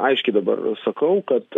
aiškiai dabar sakau kad